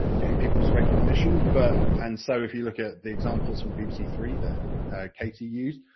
getting people's recognition, but and so if you look at the examples from bbc three that katie used,